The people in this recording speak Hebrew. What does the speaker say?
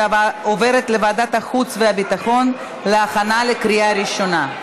ועוברת לוועדת החוץ והביטחון להכנה לקריאה ראשונה.